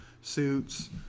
suits